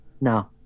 no